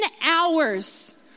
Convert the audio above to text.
hours